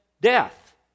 death